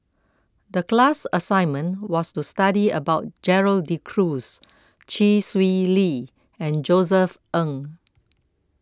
the class assignment was to study about Gerald De Cruz Chee Swee Lee and Josef Ng